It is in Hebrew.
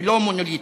ולא מונוליטיות".